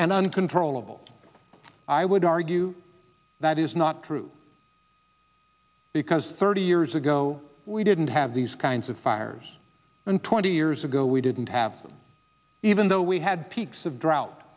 and uncontrollable i would argue that is not true because thirty years ago we didn't have these kinds of fires and twenty years ago we didn't have them even though we had peaks of drought